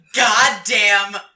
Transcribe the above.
goddamn